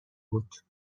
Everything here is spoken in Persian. بود